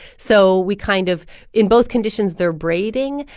so we kind of in both conditions, they're braiding.